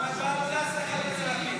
הסתייגות 59 לא נתקבלה.